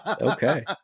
Okay